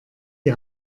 die